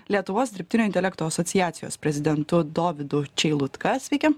lietuvos dirbtinio intelekto asociacijos prezidentu dovydu čeilutka sveiki